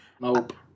Nope